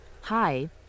Hi